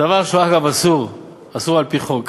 דבר שהוא, אגב, אסור, אסור על-פי חוק.